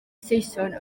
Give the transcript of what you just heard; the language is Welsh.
saeson